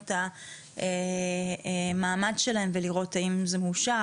את המעמד שלהם כדי לראות אם זה מאושר.